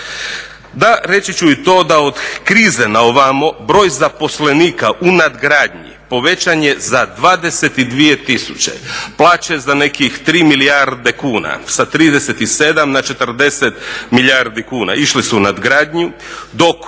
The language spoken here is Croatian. Da reći ću i to da od krize na ovamo broj zaposlenika u nadgradnji povećan je za 22 tisuće, plaće za nekih 3 milijarde kuna, sa 37 na 40 milijardi kuna, išle su u nadgradnju dok